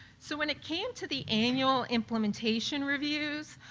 so when it came to the annual implementation reviews,